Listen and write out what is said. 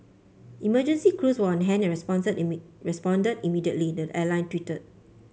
emergency crews were on hand and responded responded immediately the airline tweeted